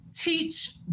Teach